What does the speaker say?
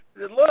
look